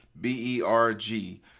b-e-r-g